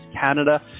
Canada